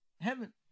heaven